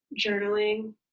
journaling